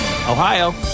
Ohio